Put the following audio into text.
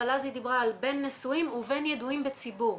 אבל אז היא דיברה על בין נשואים ובין ידועים בציבור.